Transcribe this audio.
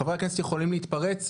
חברי כנסת יכולים להתפרץ,